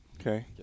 Okay